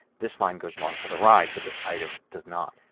this line goes along for the ride but this item does not.